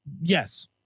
Yes